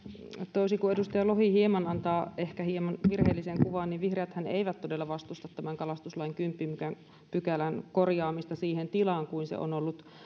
toisin kuin edustaja lohi antaa ehkä hieman virheellisen kuvan niin vihreäthän todella eivät vastusta tämän kalastuslain kymmenennen pykälän korjaamista siihen tilaan kuin se on ollut